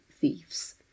thieves